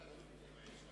קבוצת